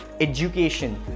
education